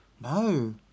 No